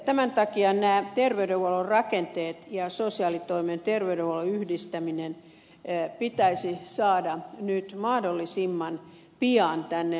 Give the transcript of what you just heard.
tämän takia nämä terveydenhuollon rakenteet ja sosiaalitoimen ja terveydenhuollon yhdistäminen pitäisi saada nyt mahdollisimman pian tänne eduskuntaan